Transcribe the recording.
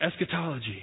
eschatology